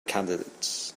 candidates